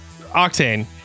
Octane